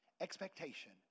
expectation